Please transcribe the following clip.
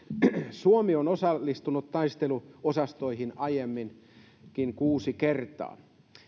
suomi on osallistunut taisteluosastoihin aiemminkin kuusi kertaa